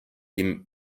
dem